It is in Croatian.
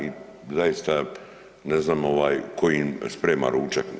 I zaista ne znam tko im sprema ručak?